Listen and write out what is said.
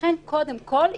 ולכן קודם כול,